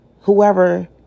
whoever